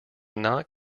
not